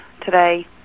today